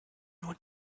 nur